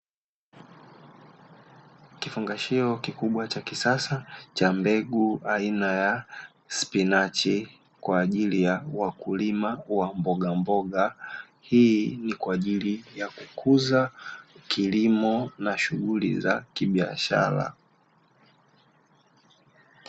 Kifungashio kikubwa cha kisasa cha mbegu aina ya spinachi kwa ajili ya wakulima wa mbogamboga, hii ni kwa ajili ya kukuza kilimo na shughuli za kibiashara.